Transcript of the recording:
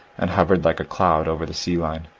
and hovered like a cloud over the sea-line.